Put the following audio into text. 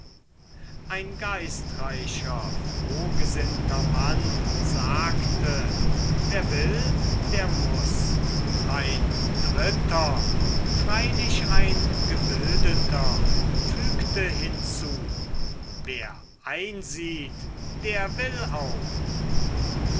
ein geistreicher frohgesinnter mann sagte wer will der muß ein dritter freilich ein gebildeter fügte hinzu wer einsieht der will auch und